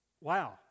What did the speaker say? Wow